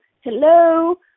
hello